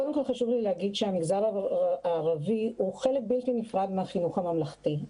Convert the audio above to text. קודם כל חשוב לי להגיד שהמגזר הערבי הוא חלק בלתי נפרד מהחינוך הממלכתי.